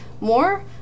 more